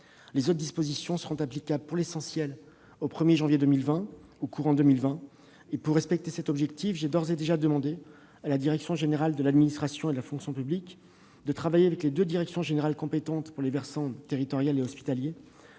Les autres dispositions seront applicables, pour l'essentiel, à compter du 1janvier 2020 ou dans le courant de l'année 2020. Pour respecter cet objectif, j'ai d'ores et déjà demandé à la Direction générale de l'administration et de la fonction publique de travailler avec les deux directions générales compétentes pour les versants territorial et hospitalier